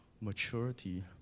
maturity